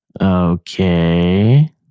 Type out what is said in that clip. Okay